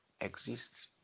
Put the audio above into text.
exist